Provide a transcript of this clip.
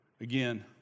Again